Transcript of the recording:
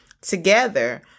together